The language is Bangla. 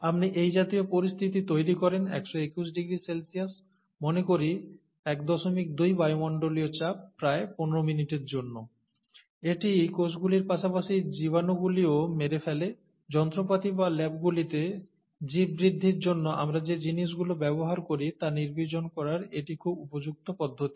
আপনি এই জাতীয় পরিস্থিতি তৈরি করেন 121 ডিগ্রি সেলসিয়াস মনে করি 12 বায়ুমন্ডলীয় চাপ প্রায় 15 মিনিটের জন্য এটি কোষগুলির পাশাপাশি জীবাণুগুলিও মেরে ফেলে যন্ত্রপাতি বা ল্যাবগুলিতে জীব বৃদ্ধির জন্য আমরা যে জিনিস গুলো ব্যবহার করি তা নির্বীজন করার এটি খুব উপযুক্ত পদ্ধতি